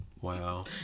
wow